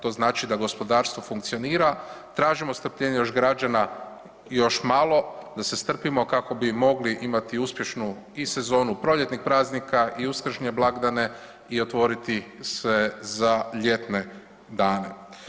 To znači da gospodarstvo funkcionira, tražimo strpljenje još građana još malo da se strpimo kako bi mogli imati uspješnu i sezonu proljetnih praznika i uskršnje blagdane i otvoriti se za ljetne dane.